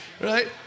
Right